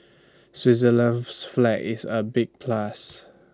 Switzerland's flag is A big plus